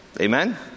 Amen